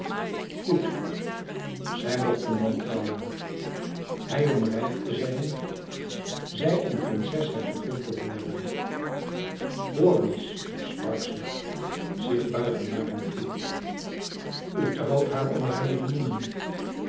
goed zij mochten dan trouwen hij om rijk te zijn zij om prinseshertogin te worden hoor eens sprak ze zich buigend naar hem toe u trouwt haar om haar millioenen